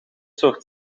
soort